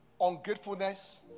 ungratefulness